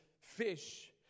fish